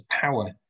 power